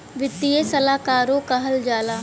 वित्तीय सलाहकारो कहल जाला